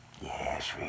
Yes